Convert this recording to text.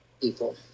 people